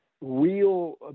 real